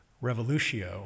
revolution